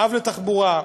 אב לתחבורה,